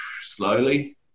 Slowly